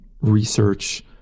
research